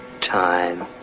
time